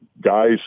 guys